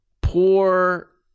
poor